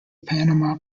panama